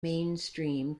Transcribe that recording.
mainstream